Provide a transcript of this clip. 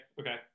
okay